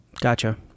gotcha